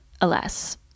Alas